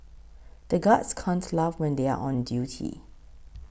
the guards can't laugh when they are on duty